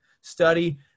study